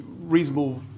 reasonable